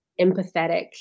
empathetic